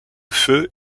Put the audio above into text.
feu